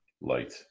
light